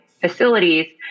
facilities